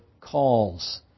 calls